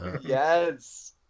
Yes